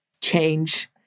change